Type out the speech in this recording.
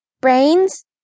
Brains